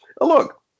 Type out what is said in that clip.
look